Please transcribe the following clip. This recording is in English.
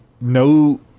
no